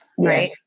right